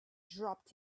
dropped